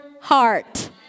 heart